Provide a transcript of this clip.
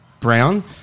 Brown